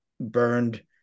burned